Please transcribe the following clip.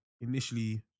initially